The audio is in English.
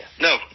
No